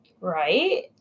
Right